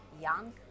young